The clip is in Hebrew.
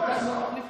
תעזוב מהשאר.